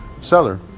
seller